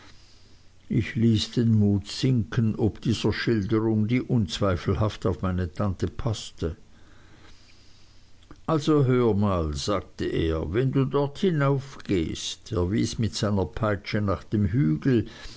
ich ließ den mut sinken ob dieser schilderung die unzweifelhaft auf meine tante paßte also hör mal sagte er wenn du dort hinaufgehst er wies mit seiner peitsche nach dem hügel